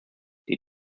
die